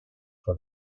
for